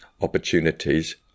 opportunities